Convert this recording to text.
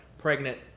Pregnant